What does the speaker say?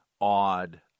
odd